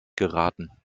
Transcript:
geraten